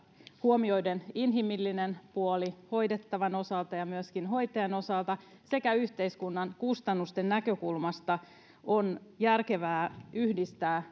huomioiden inhimillinen puoli hoidettavan osalta ja myöskin hoitajan osalta sekä yhteiskunnan kustannusten näkökulmasta on järkevää